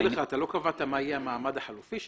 אתה לא קבעת מה יהיה המעמד החלופי שלו.